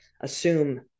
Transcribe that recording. assume